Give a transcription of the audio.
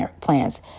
plans